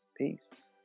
Peace